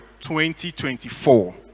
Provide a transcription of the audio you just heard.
2024